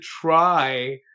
try